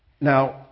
Now